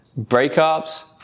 breakups